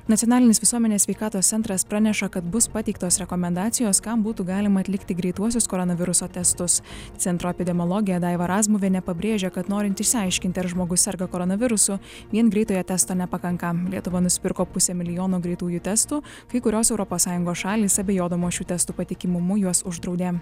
nacionalinis visuomenės sveikatos centras praneša kad bus pateiktos rekomendacijos kam būtų galima atlikti greituosius koronaviruso testus centro epidemiologė daiva razmuvienė pabrėžia kad norint išsiaiškinti ar žmogus serga koronavirusu vien greitojo testo nepakanka lietuva nusipirko pusę milijono greitųjų testų kai kurios europos sąjungos šalys abejodamos šių testų patikimumu juos uždraudė